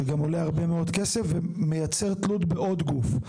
שעולה הרבה מאוד כסף ומייצר תלות בעוד גוף.